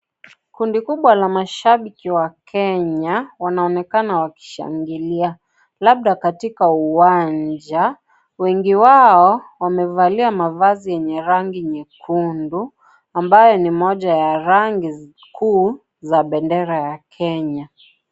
Kundi kubwa la mashabiki wa Kenya wanaonekana wakishangilia labda katika uwanja. Wengi wao wamevalia mavazi yenye rangi nyekundu ambayo ni moja ya rangi kuu za bendera ya Kenya.